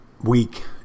week